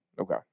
Okay